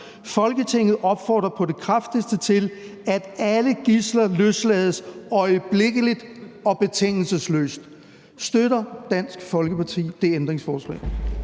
Folketinget opfordrer på det kraftigste til, at alle gidsler løslades øjeblikkeligt og betingelsesløst.« Støtter Dansk Folkeparti det ændringsforslag?